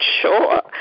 sure